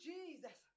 Jesus